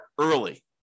early